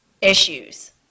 issues